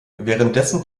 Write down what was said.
währenddessen